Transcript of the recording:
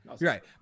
Right